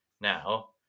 now